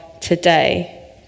today